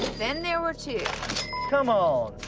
then there were two come on